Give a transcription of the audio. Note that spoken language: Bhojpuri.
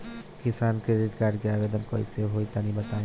किसान क्रेडिट कार्ड के आवेदन कईसे होई तनि बताई?